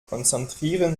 konzentrieren